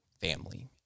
family